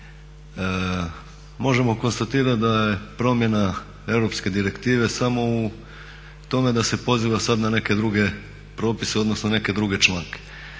možemo konstatirat da je promjena europske direktive samo u tome da se poziva sad na neke druge propise odnosno neke druge članke.